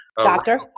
doctor